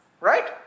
right